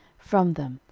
from them,